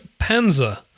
Panzer